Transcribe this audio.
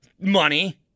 Money